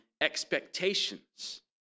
expectations